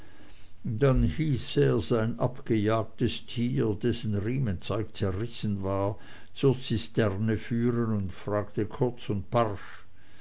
dann hieß er sein abgejagtes tier dessen riemenzeug zerrissen war zur zisterne führen und fragte kurz und barsch